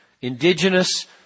Indigenous